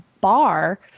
bar